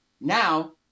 Now